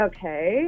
Okay